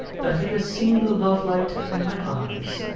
that he has seen the love-light in my eyes.